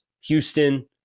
Houston